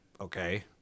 okay